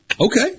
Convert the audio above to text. Okay